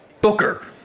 Booker